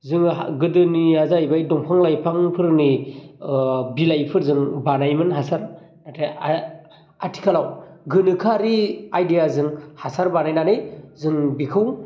जोङो गोदोनिया जाहैबाय दंफां लाइफां फोरनि ओ बिलाइफोरजों बानायोमोन हासार नाथाय आथिखालाव गोनोखोआरि आयडियाजों हासार बानायनानै जों बिखौबो